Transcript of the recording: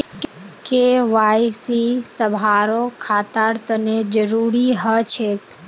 KYC सभारो खातार तने जरुरी ह छेक